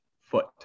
foot